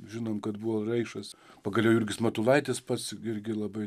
žinom kad buvo raišas pagaliau jurgis matulaitis pats irgi labai